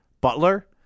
Butler